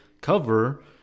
cover